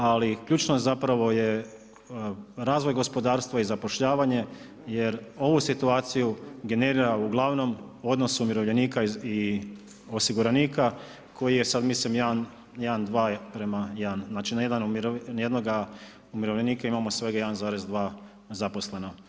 Ali, ključno zapravo je razvoj gospodarstva i zapošljavanje, jer ovu situaciju, generira ugl. odnos umirovljenika i osiguranika, koji je sad mislim 1 2 prema 1. Znači na jedan, na jednoga umirovljenika imamo svega 1,2 zaposlena.